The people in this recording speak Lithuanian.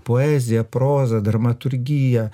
poezija proza dramaturgija